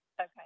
okay